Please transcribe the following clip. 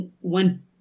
one